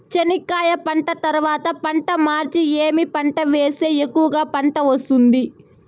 చెనక్కాయ పంట తర్వాత పంట మార్చి ఏమి పంట వేస్తే ఎక్కువగా పంట వస్తుంది?